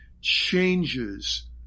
changes